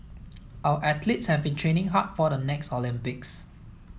our athletes have been training hard for the next Olympics